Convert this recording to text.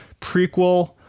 prequel